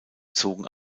zogen